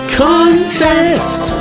contest